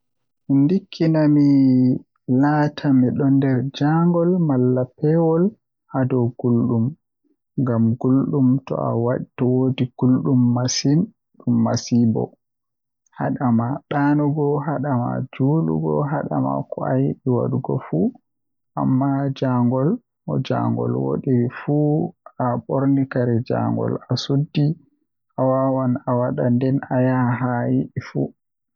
Ndikkinami mi laata midon nder jaangol malla pewol haadow guldum ngam guldum to wadi guldum masin dum masibo, hadama daanugo hadama juulugo hadama ko ayidi wadugo fuu amma jango mo jango wadori fuu to aborni kare jangol asuddoto awawan awada nden ayaha haa ayidi fu